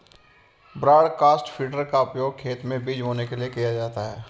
broadcast feeder का उपयोग खेत में बीज बोने के लिए किया जाता है